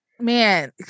man